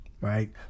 right